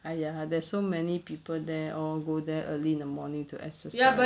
!aiya! there's so many people there all go there early in the morning to exercise